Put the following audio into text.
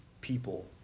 people